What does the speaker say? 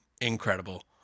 incredible